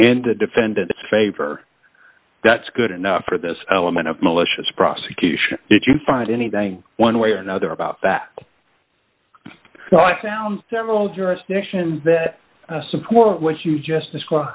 the defendants favor that's good enough for this element of malicious prosecution did you find anything one way or another about that so i found several jurisdictions that support what you just described